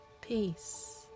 Peace